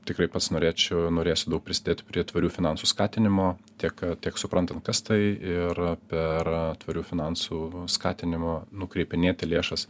tikrai pats norėčiau norėsiu daug prisidėti prie tvarių finansų skatinimo tiek tiek suprantam kas tai ir per tvarių finansų skatinimą nukreipinėti lėšas